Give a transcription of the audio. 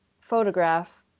photograph